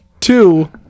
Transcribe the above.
Two